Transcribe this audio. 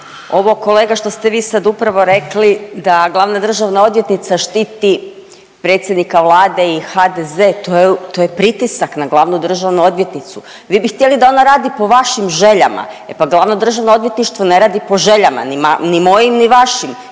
ovo kolega što ste vi sad upravo rekli da glavna državna odvjetnica štiti predsjednika Vlade i HDZ to je pritisak na glavnu državnu odvjetnicu. Vi bi htjeli da ona radi po vašim željama. E pa glavno državno odvjetništvo ne radi po željama ni mojim ni vašim